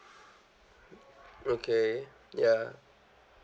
okay ya